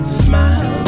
smile